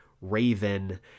Raven